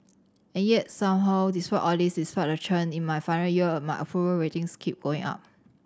and yet somehow despite all this despite the churn in my final year my approval ratings keep going up